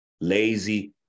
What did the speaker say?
lazy